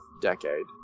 decade